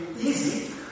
easy